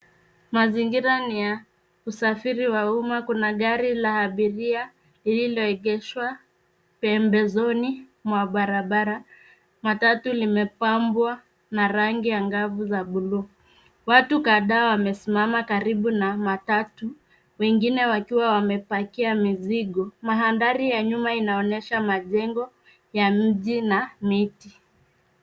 Mazingira ni ya usafiri wa umma. Kuna gari la abiria lililoengeshwa pembezoni mwa barabara. Matatu limepambwa na rangi angavu za bluu. Watu kadhaa wamesimama karibu na matatu ,wengine wakiwa wamepakia mizigo. Mandhari ya nyuma inaonyesha majengo ya mji na miti.